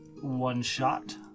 one-shot